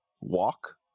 walk